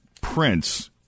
Prince